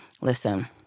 listen